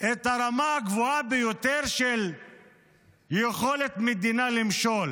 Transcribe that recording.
הרמה הגבוהה ביותר של יכולת המדינה למשול